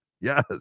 Yes